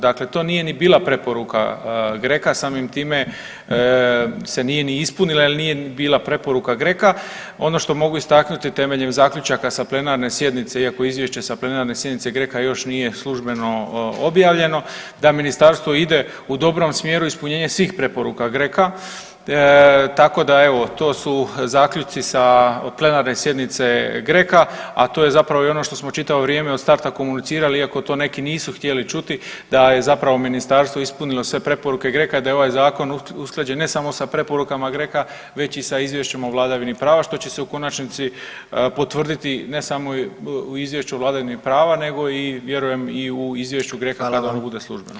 Dakle, to nije ni bila preporuka GRECO-a, samim time se nije ni ispunila jer nije ni bila preporuka GRECO-a, ono što mogu istaknuti temeljem zaključaka sa plenarne sjednice, iako izvješće sa plenarne sjednice GRECO-a još nije službeno objavljeno, da ministarstvo ide u dobrom smjeru, ispunjenje svih preporuka GRECO-a, tako da evo, to su zaključci sa plenarne sjednice GRECO-a, a to je zapravo i ono što smo čitavo vrijeme od starta komunicirali iako to neki nisu htjeli čuti, da je zapravo ministarstvo ispunilo sve preporuke GRECO-a i da je ovaj zakon usklađen ne samo sa preporukama GRECO-a već i sa izvješćem o vladavini prava što će se u konačnici potvrditi ne samo u izvješću o vladavini prava nego i vjerujem u izvješću GRECO-a kada ono bude službeno.